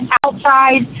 outside